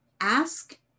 ask